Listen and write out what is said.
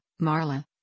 marla